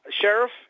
sheriff